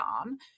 on